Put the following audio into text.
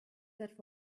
that